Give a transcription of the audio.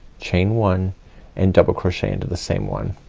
chain one and double crochet into the same one.